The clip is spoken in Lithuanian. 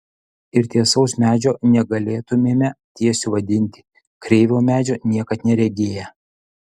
ir tiesaus medžio negalėtumėme tiesiu vadinti kreivo medžio niekad neregėję